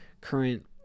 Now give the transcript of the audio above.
current